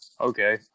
Okay